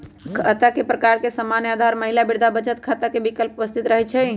खता के प्रकार में सामान्य, आधार, महिला, वृद्धा बचत खता के विकल्प उपस्थित रहै छइ